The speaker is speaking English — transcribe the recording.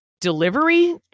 delivery